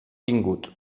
vingut